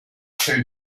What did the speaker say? show